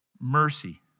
mercy